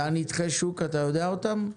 ונתחי השוק, אתה יודע אותם?